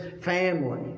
family